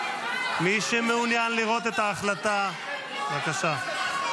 מי שמעוניין לראות את ההחלטה, בבקשה.